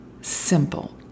Simple